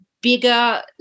bigger